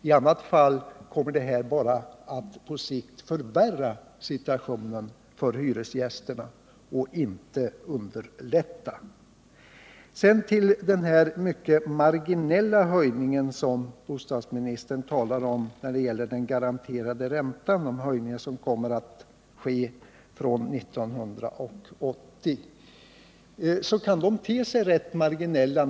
I annat fall kommer situationen för hyresgästerna på sikt bara att förvärras. Bostadsministern talade om den marginella höjning som kommer att ske från 1980 när det gäller den garanterade räntan.